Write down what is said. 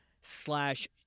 slash